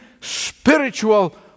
spiritual